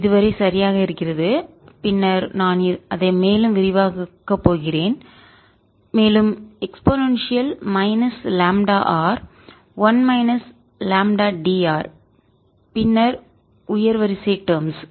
இதுவரை சரியாக இருக்கிறது பின்னர் நான் அதை மேலும் விரிவாக்கப் போகிறேன் மேலும் e λr 1 மைனஸ் λ dR பின்னர் உயர் வரிசை டெர்ம்ஸ்